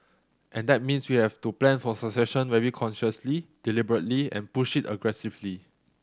and that means we have to plan for succession very consciously deliberately and push it aggressively